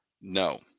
No